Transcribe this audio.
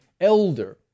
elder